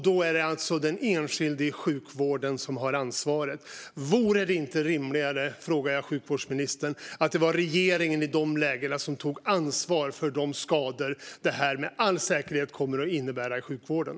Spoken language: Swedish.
Då är det alltså den enskilde i sjukvården som har ansvaret. Vore det inte rimligare, frågar jag sjukvårdsministern, att det är regeringen som i de lägena tar ansvar för de skador som detta med all säkerhet kommer att innebära i sjukvården?